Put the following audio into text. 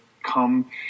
come